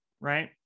right